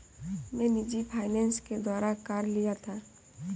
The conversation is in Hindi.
मैं निजी फ़ाइनेंस के द्वारा कार लिया था